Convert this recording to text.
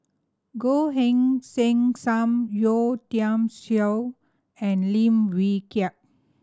Goh Heng Sin Sam Yeo Tiam Siew and Lim Wee Kiak